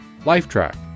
Lifetrack